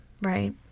right